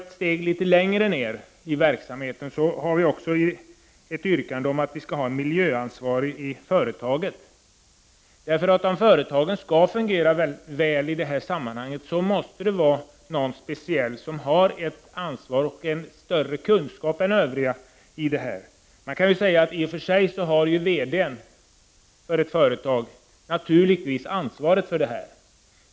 Vi har också ett yrkande om att det skall finnas en miljöansvarig på varje företag. Om företagen skall fungera väl i detta sammanhang måste det finnas en speciell person som har ansvaret och en större kunskap än övriga. I och för sig har VD-n för ett företag naturligtvis ansvaret.